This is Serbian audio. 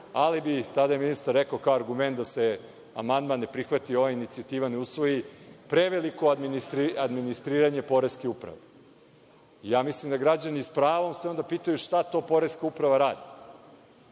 ali bi, tada je ministar rekao kao argument, da se amandman ne prihvata i ova inicijativa ne usvoji preveliko administriranje Poreske uprave. Ja mislim da se građani sa pravom onda pitaju – šta to Poreska uprava radi,